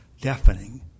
deafening